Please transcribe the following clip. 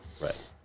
right